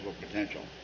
potential